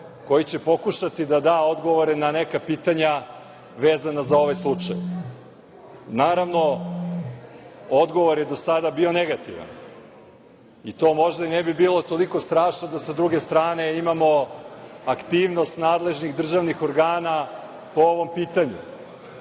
koji će pokušati da da odgovore na neka pitanja vezana za ovaj slučaj. Naravno, odgovor je do sada bio negativan i to možda i ne bi bilo toliko strašno da sa druge strane imamo aktivnost nadležnih organa po ovom pitanju,